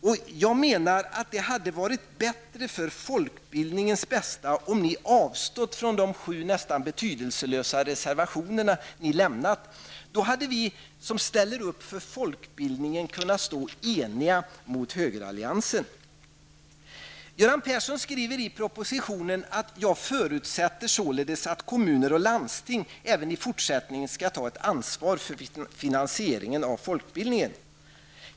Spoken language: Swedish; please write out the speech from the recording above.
Det hade enligt min mening varit bättre för folkbildningens bästa om ni avstått från de sju nästan betydelselösa reservationer ni fogat till betänkandet. Då hade vi som ställer upp för folkbildningen kunnat stå eniga mot högeralliansen. Göran Persson skriver i propositionen: ''Jag förutsätter således att kommuner och landsting även i fortsättningen skall ta ett ansvar för finansieringen av folkbildningen.''